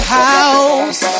house